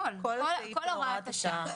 הכול, כל הוראת השעה.